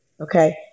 okay